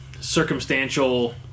circumstantial